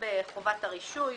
פה אחד סעיף 13 נתקבל.